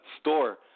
Store